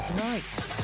right